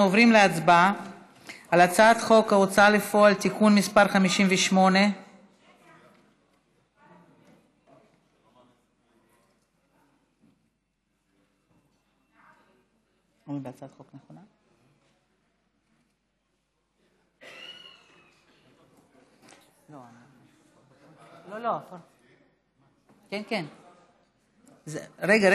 אנחנו עוברים להצבעה על חוק ההוצאה לפועל (תיקון מס' 58). רגע,